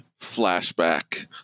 flashback